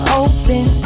open